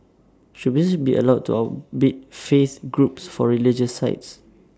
should businesses be allowed to outbid faith groups for religious sites